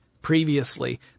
previously